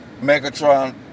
Megatron